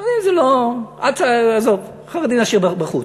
חרדים זה לא, עזוב, חרדים נשאיר בחוץ.